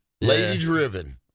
lady-driven